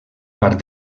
part